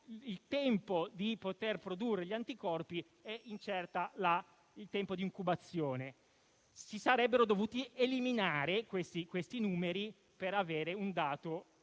per poter produrre gli anticorpi ed è incerto il tempo di incubazione. Si sarebbero dovuti eliminare questi numeri per avere un dato